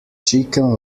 chicken